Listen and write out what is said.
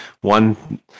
One